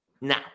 Now